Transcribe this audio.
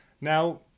now